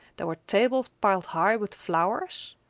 there were tables piled high with flowers.